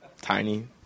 Tiny